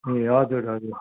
ए हजुर हजुर